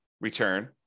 return